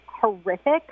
horrific